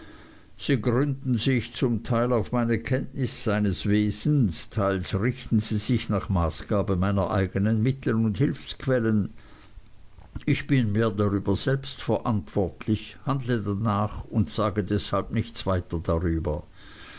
sie gründen sich zum teil auf meine kenntnis seines wesens teils richten sie sich nach maßgabe meiner eignen mittel und hilfsquellen ich bin mir darüber selbst verantwortlich handle danach und sage deshalb nichts weiter darüber